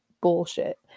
bullshit